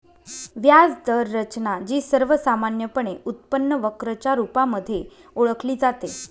व्याज दर रचना, जी सर्वसामान्यपणे उत्पन्न वक्र च्या रुपामध्ये ओळखली जाते